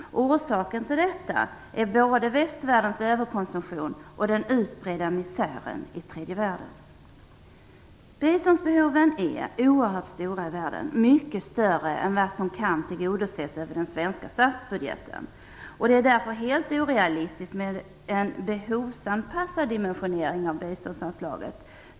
Orsaken till detta är både västvärldens överkonsumtion och den utbredda misären i tredje världen. Biståndsbehoven är oerhört stora i världen - mycket större än vad som kan tillgodoses över den svenska statsbudgeten. Det är därför helt orealistiskt med en behovsanpassad dimensionering av biståndsanslaget.